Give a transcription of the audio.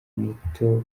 moto